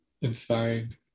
inspiring